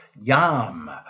yam